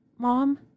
Mom